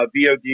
VOD